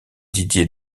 didier